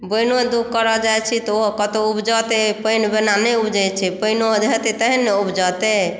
बोनि कतौ करय जाइ छी तऽ ओहो कतौ उपजौतै पानि बिना नहि उपजै छै पानि आदि हेतै तहन ने उपजौतै